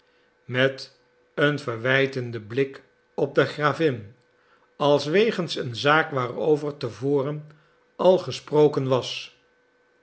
met een verwijtenden blik op de gravin als wegens een zaak waarover te voren al gesproken was